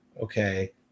okay